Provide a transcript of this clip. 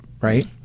right